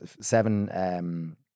seven